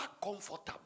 comfortable